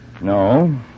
No